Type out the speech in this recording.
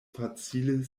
facile